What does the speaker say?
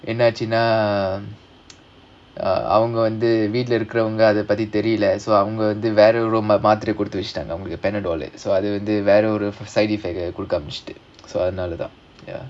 என்னாச்சுன்னா அவங்க வந்து வீட்ல இருக்குறவங்க அத பத்தி தெரியல:ennachunaa avanga vandhu veetla irukkuravanga adha pathi theriyala so அவங்க வந்து வேற ஒரு மாத்திரை கொடுக்க ஆரம்பிச்சிட்டாங்க:avanga vandhu vera oru maathira kodukka aarambichitaanga panadol so side effect அதுனாலதான்:adhunaalathaan ya